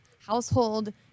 household